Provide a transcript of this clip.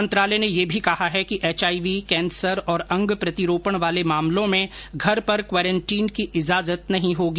मंत्रालय ने यह भी कहा है कि एचआईवी कैंसर और अंग प्रतिरोपण वाले मामलों में घर पर क्वारेन्टीन की इजाजत नहीं होगी